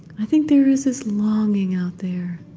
think there is this longing out there